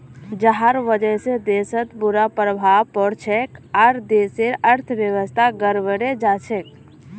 जहार वजह से देशत बुरा प्रभाव पोरछेक आर देशेर अर्थव्यवस्था गड़बड़ें जाछेक